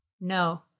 No